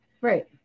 Right